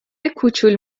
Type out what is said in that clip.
کوچول